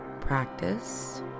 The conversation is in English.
practice